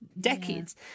decades